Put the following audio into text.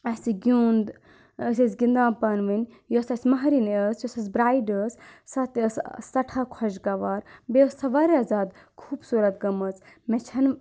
اَسہِ گِیُنٛد أسۍ ٲسۍ گِنٛدان پانہٕ ؤنۍ یۄس اَسہِ مَہرِنۍ ٲسۍ یۄس اَسہِ برایڈ ٲس سۄ تہِ ٲسۍ سؠٹھاہ خۄش گَوار بیٚیہِ ٲسۍ سۄ واریاہ زیادٕ خوٗبصوٗرت گٔمٕژ مےٚ چھَنہٕ